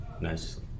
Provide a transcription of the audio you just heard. nice